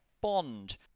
bond